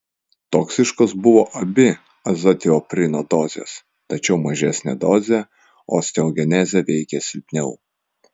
toksiškos buvo abi azatioprino dozės tačiau mažesnė dozė osteogenezę veikė silpniau